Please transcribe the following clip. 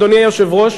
אדוני היושב-ראש,